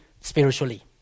spiritually